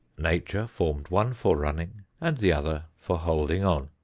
nature formed one for running and the other for holding on.